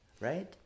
right